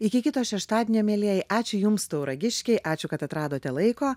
iki kito šeštadienio mielieji ačiū jums tauragiškiai ačiū kad atradote laiko